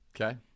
Okay